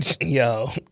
Yo